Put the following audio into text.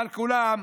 אבל כולם,